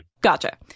Gotcha